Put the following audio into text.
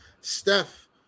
Steph